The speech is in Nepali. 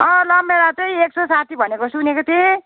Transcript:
रामभेँडा चाहिँ एक सौ साठी भनेको सुनेको थिएँ